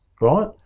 right